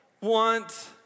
want